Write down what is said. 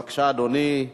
בבקשה, אדוני,